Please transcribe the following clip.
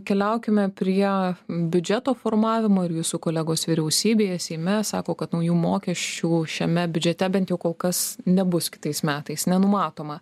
keliaukime prie biudžeto formavimo ir jūsų kolegos vyriausybėje seime sako kad naujų mokesčių šiame biudžete bent jau kol kas nebus kitais metais nenumatoma